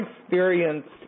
experience